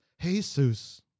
Jesus